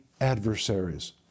adversaries